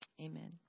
Amen